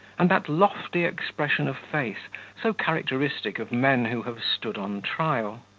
and that lofty expression of face so characteristic of men who have stood on trial.